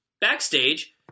Backstage